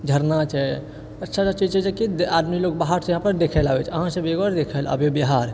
झरना छै अच्छा अच्छा चीज छै जेकि आदमी लोग बाहर से यहाँ पर देखै लऽ आबै छै आबै छै बिहार